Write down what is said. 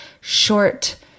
short